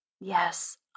Yes